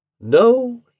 No